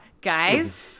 guys